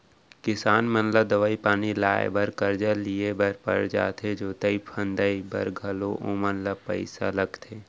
किसान मन ला दवई पानी लाए बर करजा लिए बर पर जाथे जोतई फंदई बर घलौ ओमन ल पइसा लगथे